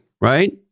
right